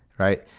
right.